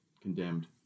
condemned